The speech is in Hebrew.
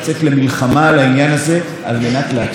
על מנת לעצור את התופעה האיומה הזאת.